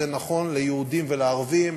זה נכון ליהודים ולערבים,